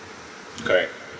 correct